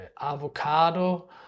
avocado